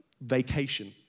vacation